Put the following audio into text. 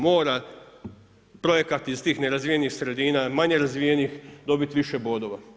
Mora projekat iz tih nerazvijenih sredina, manje razvijenih dobiti više bodova.